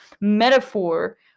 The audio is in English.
metaphor